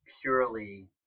purely